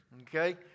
Okay